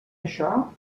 això